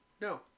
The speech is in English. no